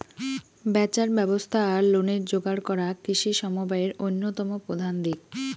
ব্যাচার ব্যবস্থা আর লোনের যোগার করা কৃষি সমবায়ের অইন্যতম প্রধান দিক